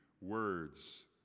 words